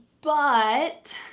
but.